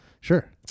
Sure